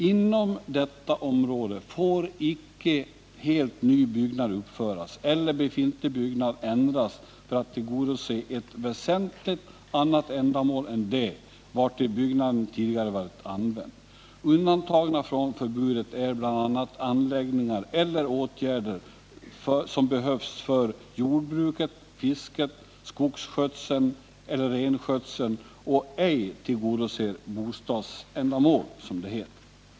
Inom detta område får icke helt ny byggnad uppföras eller befintlig byggnad ändras för att tillgodose ett väsentligen annat ändamål än det, vartill byggnaden tidigare varit använd. Undantagna från förbudet är bl.a. anläggningar eller åtgärder som behövs för jordbruket, fisket, skogsskötseln eller renskötseln och som ej tillgodoser bostadsändamål, som det heter.